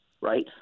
right